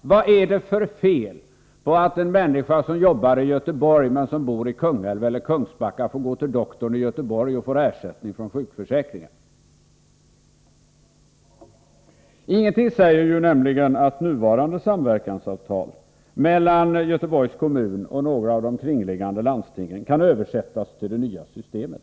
Vad är det för fel att en människa som jobbar i Göteborg men som bor i Kungälv eller i Kungsbacka får gå till doktorn i Göteborg och få ersättning från sjukförsäkringen? Utskottets talesman kommer senare i kväll att få möjlighet att svara på detta. Ingenting säger ju att nuvarande samverkansavtal mellan Göteborgs kommun och några av de kringliggande landstingen kan översättas till det nya systemet.